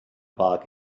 bug